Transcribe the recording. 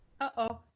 Uh-oh